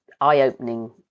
eye-opening